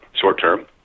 short-term